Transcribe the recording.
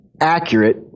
accurate